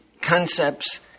concepts